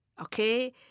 okay